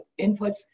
inputs